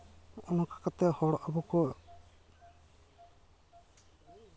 ᱚᱱᱠᱟ ᱠᱟᱛᱮ ᱦᱚᱲ ᱟᱵᱚ ᱠᱚ